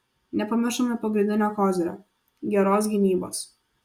nepamiršome pagrindinio kozirio geros gynybos